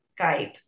Skype